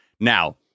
Now